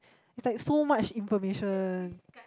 is like so much information